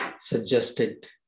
suggested